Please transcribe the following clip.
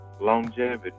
Longevity